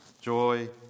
Joy